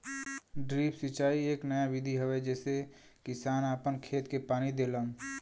drip सिंचाई एक नया विधि हवे जेसे किसान आपन खेत के पानी देलन